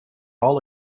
all